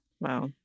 wow